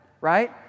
right